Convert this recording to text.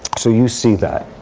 so you see that.